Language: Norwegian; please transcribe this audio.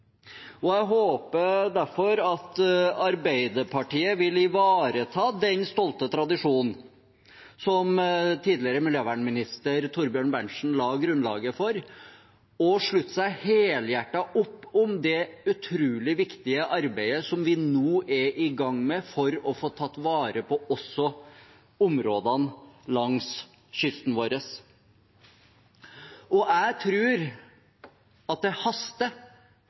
Jeg håper derfor at Arbeiderpartiet vil ivareta den stolte tradisjonen som han la grunnlaget for, og slutte helhjertet opp om det utrolig viktige arbeidet som vi nå er i gang med for å få tatt vare på også områdene langs kysten vår. Jeg tror at det haster